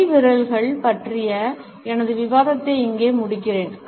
கை விரல்கள் பற்றிய எனது விவாதத்தை இங்கே முடிக்கிறேன்